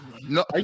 no